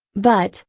but,